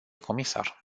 comisar